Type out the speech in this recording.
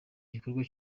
gikorwa